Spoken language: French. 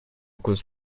cause